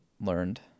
learned